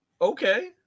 Okay